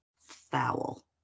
foul